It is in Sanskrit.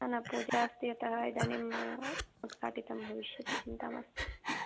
न न पूजा अस्ति अतः इदानीं उद्घाटितं भविष्यति चिन्ता मास्तु